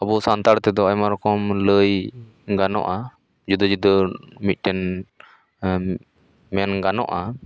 ᱟᱵᱚ ᱥᱟᱱᱛᱟᱲ ᱛᱮᱫᱚ ᱟᱭᱢᱟ ᱨᱚᱠᱚᱢ ᱞᱟᱹᱭ ᱜᱟᱱᱚᱜᱼᱟ ᱡᱩᱫᱟᱹ ᱡᱩᱫᱟᱹ ᱢᱤᱫᱴᱮᱱ ᱢᱮᱱ ᱜᱟᱱᱚᱜᱼᱟ